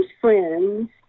friends